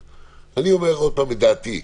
אני אומר עוד פעם את דעתי.